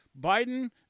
Biden